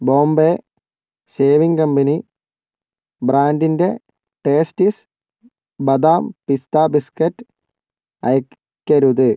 Bombay Shaving Company ബ്രാൻഡിന്റെ Tasties ബദാം പിസ്താ ബിസ്കറ്റ് അയയ്ക്കരുത്